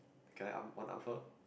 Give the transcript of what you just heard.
can I up one up her